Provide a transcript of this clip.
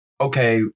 okay